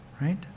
right